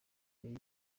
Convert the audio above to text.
yari